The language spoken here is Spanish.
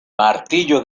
martillo